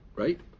Right